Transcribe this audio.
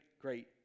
great